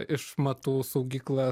išmatų saugyklą